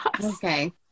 okay